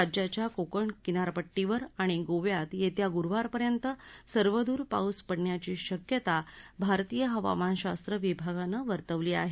राज्याच्या कोकण किनारपट्टीवर आणि गोव्यात येत्या गुरुवारपर्यंत सर्वदूर पाऊस पडण्याची शक्यता भारतीय हवामानशास्त्र विभागानं वर्तवली आहे